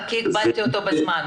רק הגבלתי אותו בזמן,